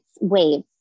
waves